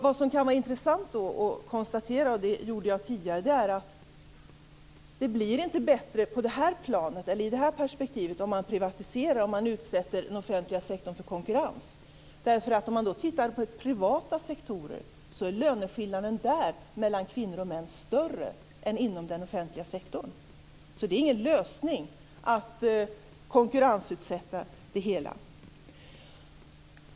Vad som kan vara intressant att konstatera, som jag gjorde tidigare, är att det inte blir bättre i det här perspektivet om man privatiserar och utsätter den offentliga sektorn för konkurrens. Om vi då tittar på privata sektorer ser vi att löneskillnaden mellan kvinnor och män där är större än inom den offentliga sektorn. Det är alltså inte någon lösning att konkurrensutsätta det hela.